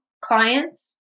clients